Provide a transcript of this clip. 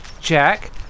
Jack